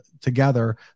together